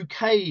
UK